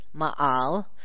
Ma'al